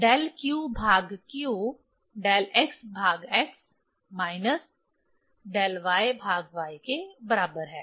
तो del q भाग q del x भाग x माइनस डेल y भाग y के बराबर है